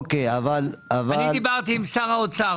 אני דיברתי עם שר האוצר.